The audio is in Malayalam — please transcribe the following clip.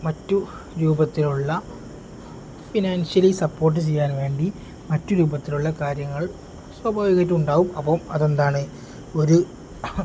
മറ്റു രൂപത്തിലുള്ള ഫിനാൻഷ്യലി സപ്പോർട്ട് ചെയ്യാൻ വേണ്ടി മറ്റു രൂപത്തിലുള്ള കാര്യങ്ങൾ സ്വഭാവികമായിട്ടുണ്ടാകും അപ്പം അത് എന്താണ് ഒരു